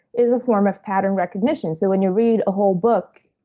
is a form of pattern recognition. so, when you read a whole book,